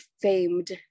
famed